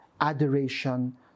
adoration